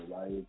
right